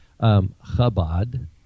Chabad